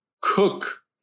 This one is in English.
cook